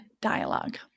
dialogue